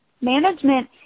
Management